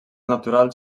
naturals